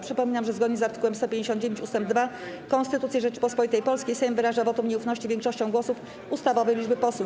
Przypominam, że zgodnie z art. 159 ust. 2 Konstytucji Rzeczypospolitej Polskiej Sejm wyraża wotum nieufności większością głosów ustawowej liczby posłów.